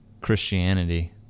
christianity